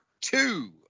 two